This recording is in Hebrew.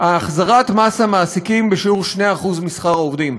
החזרת מס המעסיקים בשיעור 2% משכר העובדים.